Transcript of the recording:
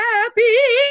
Happy